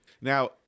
Now